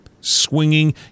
Swinging